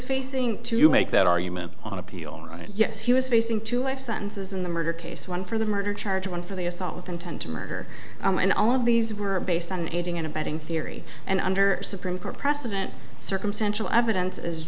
facing to make that argument on appeal and yes he was facing two life sentences in the murder case one for the murder charge one for the assault with intent to murder and all of these were based on aiding and abetting theory and under supreme court precedent circumstantial evidence